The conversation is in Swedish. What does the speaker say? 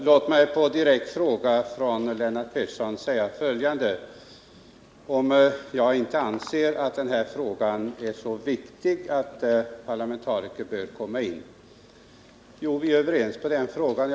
Herr talman! Lennart Pettersson frågade mig om jag inte ansåg att den här frågan var så viktig att parlamentariker borde komma in. Jo, vi är överens på den punkten.